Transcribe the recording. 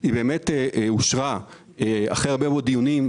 אושר אחרי הרבה מאוד דיונים,